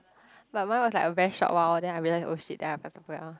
but mine was like a very short while then I realize oh shit then I faster put it on